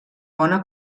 bona